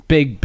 Big